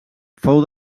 fou